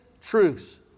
truths